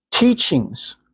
teachings